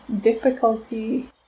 difficulty